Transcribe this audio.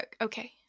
Okay